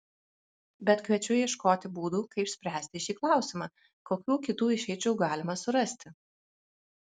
bet kviečiu ieškoti būdų kaip spręsti šį klausimą kokių kitų išeičių galima surasti